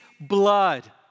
blood